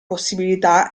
possibilità